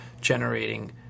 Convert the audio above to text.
generating